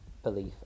belief